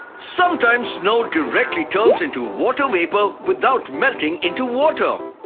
sometimes snow directly turns into water vapour without melting into water.